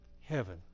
heaven